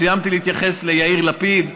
סיימתי להתייחס ליאיר לפיד,